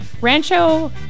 Rancho